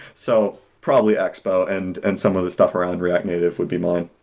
so probably, expo and and some of the stuff around react native would be mine